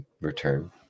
return